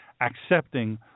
accepting